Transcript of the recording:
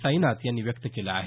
साईनाथ यांनी व्यक्त केलं आहे